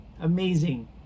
amazing